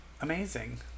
Amazing